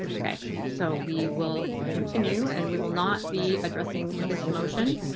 okay. so we will continue and we will not be addressing this motion.